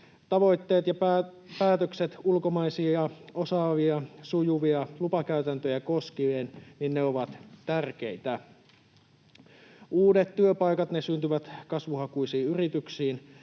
tavoitteet ja päätökset ulkomaisia ja sujuvia lupakäytäntöjä koskien ovat tärkeitä. Uudet työpaikat syntyvät kasvuhakuisiin yrityksiin.